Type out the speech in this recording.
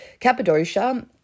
Cappadocia